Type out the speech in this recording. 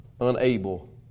unable